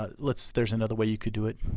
ah let's, there's another way you could do it.